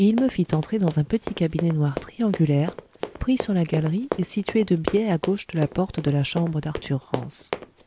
et il me fit entrer dans un petit cabinet noir triangulaire pris sur la galerie et situé de biais à gauche de la porte de la chambre d'arthur rance